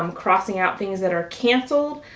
um crossing out things that are canceled,